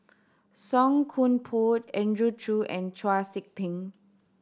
Song Koon Poh Andrew Chew and Chau Sik Ting